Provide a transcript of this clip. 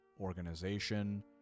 organization